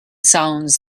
sounds